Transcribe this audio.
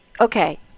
okay